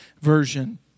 Version